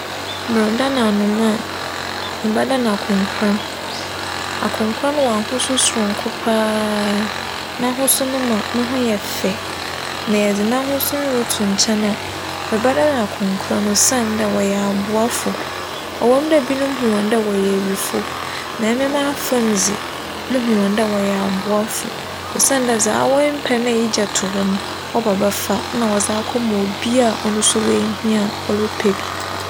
Meredan anoma a, mebɛdan akonkoran. Akonkoran wͻ ahosu soronko koraa. N'ahosu no ma no ho yɛ fɛ na yɛdze n'ahosu no roto nkyɛn a, mebɛdan akonkoran osiandɛ wͻyɛ aboafo. ͻwͻ mu dɛ binom hu hͻn dɛ wͻyɛ ewifo na emi m'afamu dze, muhu hͻn dɛ wͻyɛ aboafo osiandɛ dza awo mmpɛ na egya to hͻ no, wͻba bɛfa nna wͻdze akɛma obi a ͻno so woehia ͻrepɛ bi.